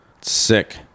Sick